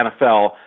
NFL